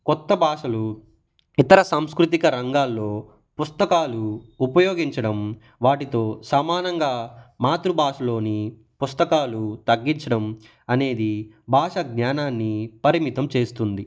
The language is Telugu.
కొత్త భాషలు ఇతర సాంస్కృతిక రంగాల్లో పుస్తకాలు ఉపయోగించడం వాటితో సమానంగా మాతృభాషలోని పుస్తకాలు తగ్గిచ్చడం అనేది భాషా జ్ఞానాన్ని పరిమితం చేస్తుంది